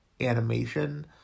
animation